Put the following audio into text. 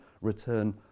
return